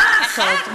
מה לעשות,